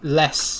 less